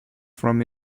from